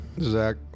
Zach